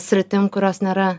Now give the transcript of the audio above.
sritim kurios nėra